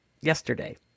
yesterday